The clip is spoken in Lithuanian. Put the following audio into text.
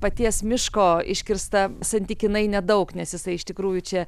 paties miško iškirsta santykinai nedaug nes jisai iš tikrųjų čia